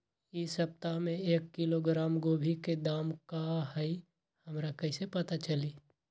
इ सप्ताह में एक किलोग्राम गोभी के दाम का हई हमरा कईसे पता चली?